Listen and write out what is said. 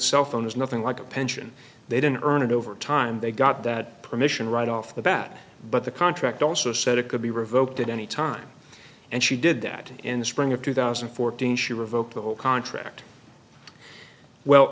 cell phone is nothing like a pension they didn't earn it over time they got that permission right off the bat but the contract also said it could be revoked at any time and she did that in the spring of two thousand and fourteen she revoked the whole contract well